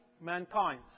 mankind